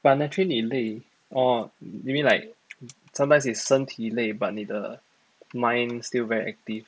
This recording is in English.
but naturally 你累 orh you mean like sometimes it's 身体累 but 你的 mind still very active